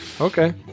Okay